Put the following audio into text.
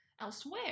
elsewhere